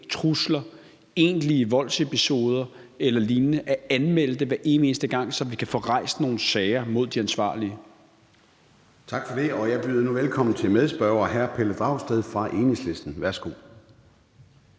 trusler, egentlige voldsepisoder eller lignende, til at anmelde det hver eneste gang, så vi kan få rejst nogle sager mod de ansvarlige. Kl. 14:18 Formanden (Søren Gade): Tak for det. Og jeg byder nu velkommen til medspørgeren hr. Pelle Dragsted fra Enhedslisten. Værsgo.